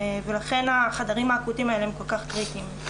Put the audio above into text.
לכן החדרים האקוטיים האלה הם כל כך קריטיים.